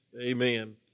amen